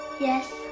Yes